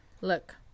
Look